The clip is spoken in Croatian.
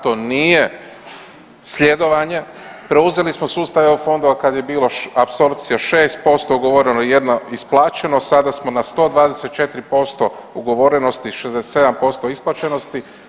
To nije sljedovanje, preuzeli smo sustav EU fondova kad je bilo apsorpcija 6% ugovoreno jedno isplaćeno, sada smo na 124% ugovorenosti 67% isplaćenosti.